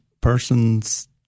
person's –